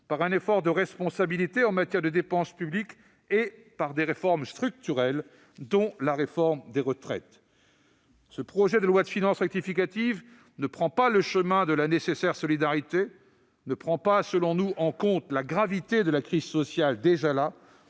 par un effort de responsabilité en matière de dépenses publiques et par des réformes structurelles, dont la réforme des retraites. » Ce projet de loi de finances rectificative ne prend pas le chemin de la nécessaire solidarité. Il ne prend pas en compte, selon nous, la gravité de la crise sociale qui est